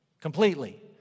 completely